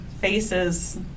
faces